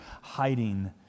hiding